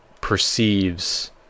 perceives